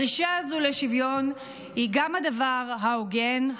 הדרישה הזו לשוויון היא גם הדבר ההוגן,